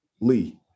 Lee